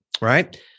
Right